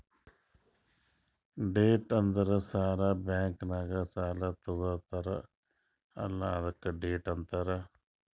debt ಅಂದುರ್ ಸಾಲ, bank ನಾಗ್ ಸಾಲಾ ತಗೊತ್ತಾರ್ ಅಲ್ಲಾ ಅದ್ಕೆ ಡೆಟ್ ಅಂತಾರ್